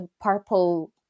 purple